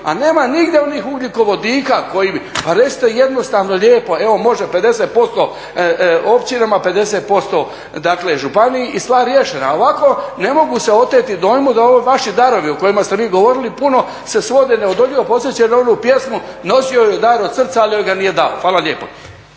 A nema nigdje onih ugljikovodika koji bi, pa recite jednostavno, lijepo, evo može 50% općinama, 50% dakle županiji i stvar riješena. Ovako ne mogu se oteti dojmu da ovi vaši darovi o kojima ste vi govorili puno se svode, neodoljivo podsjećaju na onu pjesmu "Nosio joj je dar od srca, ali joj ga nije dao". Hvala lijepo.